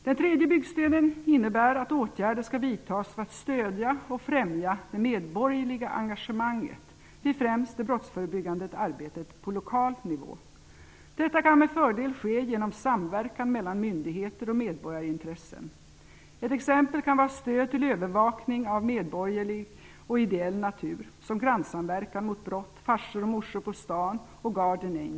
Den tredje byggstenen innebär att åtgärder skall vidtas för att stödja och främja det medborgerliga engagemanget vid främst det brottsförebyggande arbetet på lokal nivå. Detta kan med fördel ske genom samverkan mellan myndigheter och medborgarintressen. Ett exempel kan vara stöd till övervakning av medborgerlig och ideell natur som Grannsamverkan mot brott, Farsor och morsor på stan och Guardian Angels.